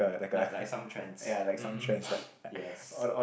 like like some trends mmhmm yes